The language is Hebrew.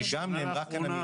זה השתנה לאחרונה.